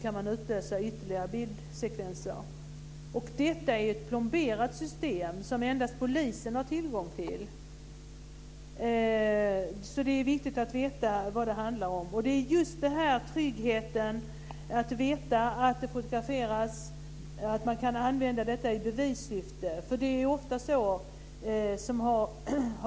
Om något händer kan ytterligare bildsekvenser utlösas. Det gäller ett plomberat system som endast polisen har tillgång till. Det är alltså viktigt att veta vad det handlar om. Det gäller således tryggheten i att veta att det fotograferas och att bilderna kan användas i bevissyfte.